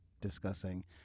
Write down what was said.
discussing